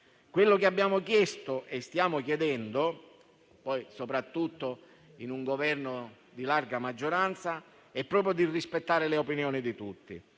Quello che abbiamo chiesto e stiamo chiedendo, soprattutto in un Governo di larga maggioranza, è proprio di rispettare le opinioni di tutti,